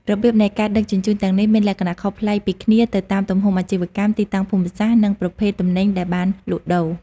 របៀបនៃការដឹកជញ្ជូនទាំងនេះមានលក្ខណៈខុសប្លែកពីគ្នាទៅតាមទំហំអាជីវកម្ម ទីតាំងភូមិសាស្ត្រ និងប្រភេទទំនិញដែលបានលក់ដូរ។